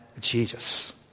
Jesus